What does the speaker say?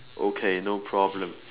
okay no problem